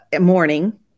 morning